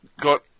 got